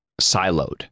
siloed